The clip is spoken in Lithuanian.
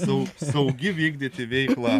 su drauge vykdyti veiklą